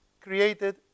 created